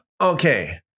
Okay